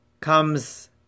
comes